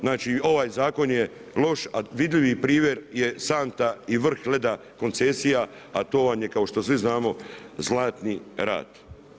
Znači, ovaj zakon je loš, a vidljivi primjer je santa i vrh leda koncesija a to vam je kao što svi znamo, Zlatni rat.